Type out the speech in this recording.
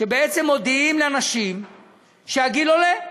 בעצם מודיעים לנשים שהגיל עולה.